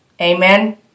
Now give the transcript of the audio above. Amen